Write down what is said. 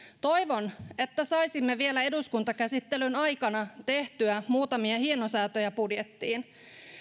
toivon että saisimme vielä eduskuntakäsittelyn aikana tehtyä muutamia hienosäätöjä budjettiin